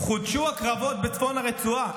חודשו הקרבות בצפון הרצועה.